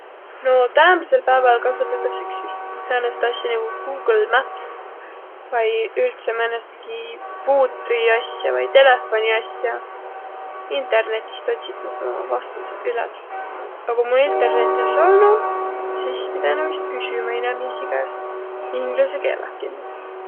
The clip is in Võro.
No täämbädsel pääväl kasutõdas iks vist säänest as'a, nigu Google Maps vai üldse määnestki puutri as'a vai telefoni as'a. Internetist otsitas umaq vastusõq üles. A kuq mul internetti es olnuq, sis pidänüq vist küsümä inemiisi käest. Inglüse keeleh kimmähe.